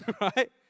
right